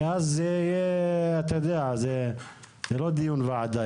כי אם לא אז זה לא יהיה דיון ועדה,